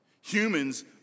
Humans